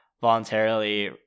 voluntarily